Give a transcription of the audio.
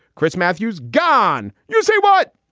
chris matthews gone. you say what?